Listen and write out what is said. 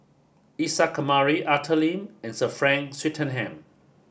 Isa Kamari Arthur Lim and Sir Frank Swettenham